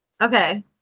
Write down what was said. Okay